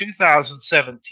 2017